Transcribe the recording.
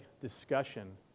discussion